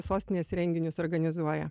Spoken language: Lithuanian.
sostinės renginius organizuoja